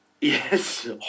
Yes